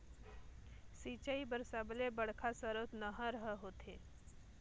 सिंचई बर सबले बड़का सरोत नहर ह होथे